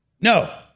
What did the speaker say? No